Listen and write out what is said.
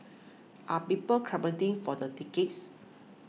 are people for the tickets